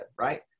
right